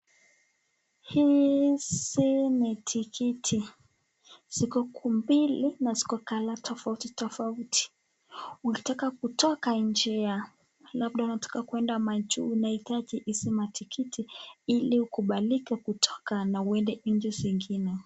Hizi ni tikiti. Ziko mbili na ziko kala tofauti tofauti. Unataka kutoka nje ya, labda unataka kuenda majuu unahitaji hizi matikiti ili ukubalike kutoka na uende nchi zingine.